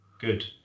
Good